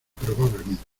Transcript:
probablemente